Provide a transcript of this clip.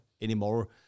anymore